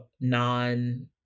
non-